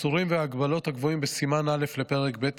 האיסורים וההגבלות הקבועים בסימן א' לפרק ב'